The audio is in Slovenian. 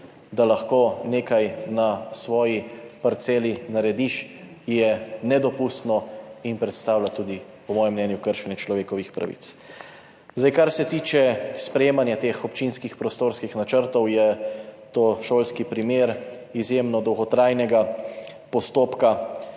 da lahko nekaj na svoji parceli narediš, je nedopustno in predstavlja tudi, po mojem mnenju, kršenje človekovih pravic. Kar se tiče sprejemanja teh občinskih prostorskih načrtov, je to šolski primer izjemno dolgotrajnega postopka,